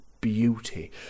Beauty